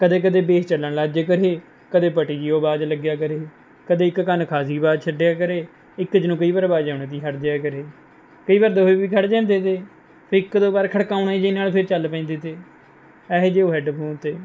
ਕਦੇ ਕਦੇ ਬੇਸ ਚੱਲਣ ਲੱਗ ਜੇ ਕਰੇ ਕਦੇ ਪਟੀ ਜਿਹੀ ਉਹ ਅਵਾਜ਼ ਲੱਗਿਆ ਕਰੇ ਕਦੇ ਇੱਕ ਕੰਨ ਖਾਸੀ ਅਵਾਜ਼ ਛੱਡਿਆ ਕਰੇ ਇੱਕ 'ਚ ਨੂੂੰ ਕਈ ਵਾਰ ਅਵਾਜ਼ ਆਉਣ ਤੋਂ ਹੀ ਹੱਟ ਜਿਆ ਕਰੇ ਕਈ ਵਾਰ ਦੋਹੇਂ ਵੀ ਖੜ ਜਾਂਦੇ ਤੇ ਫਿਰ ਇੱਕ ਦੋ ਵਾਰ ਖੜਕਾਉਣ ਜੇ ਨਾਲ਼ ਫਿਰ ਚੱਲ ਪੈਂਦੇ ਤੇ ਇਹੋ ਜਿਹੇ ਉਹ ਹੈੱਡਫੋਨ ਤੇ